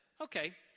okay